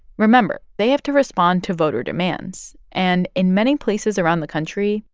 remember they have to respond to voter demands. and in many places around the country.